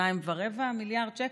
2 ורבע מיליארד שקל?